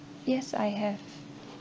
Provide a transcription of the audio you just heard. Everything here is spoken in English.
yes I have